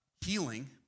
healing